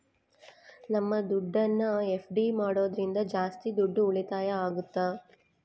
ನಮ್ ದುಡ್ಡನ್ನ ಎಫ್.ಡಿ ಮಾಡೋದ್ರಿಂದ ಜಾಸ್ತಿ ದುಡ್ಡು ಉಳಿತಾಯ ಆಗುತ್ತ